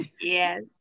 yes